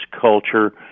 culture